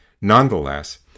Nonetheless